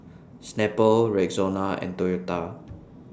Snapple Rexona and Toyota